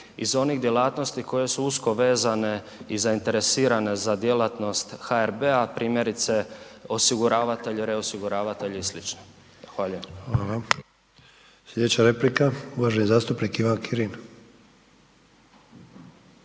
iz onih djelatnosti koje su usko vezane i zainteresirane za djelatnost HRB-a, primjerice osiguravatelji, reosiguravatelji i slično. Zahvaljujem. **Sanader, Ante (HDZ)** Hvala. Slijedeća replika, uvaženi zastupnik Ivan Kirin.